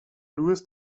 louis